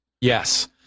Yes